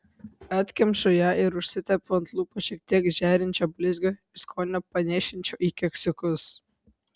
atkemšu ją ir užsitepu ant lūpų šiek tiek žėrinčio blizgio iš skonio panėšinčio į keksiukus